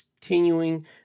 continuing